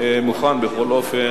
אני הייתי מוכן, בכל אופן,